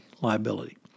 liability